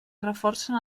reforcen